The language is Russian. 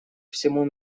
всему